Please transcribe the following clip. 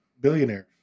billionaires